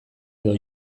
edo